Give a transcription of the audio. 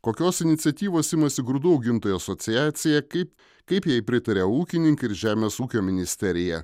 kokios iniciatyvos imasi grūdų augintojų asociacija kaip kaip jai pritaria ūkininkai ir žemės ūkio ministerija